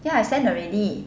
there I send already